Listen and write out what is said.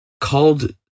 called